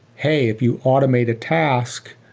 hey, if you automate a task,